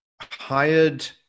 hired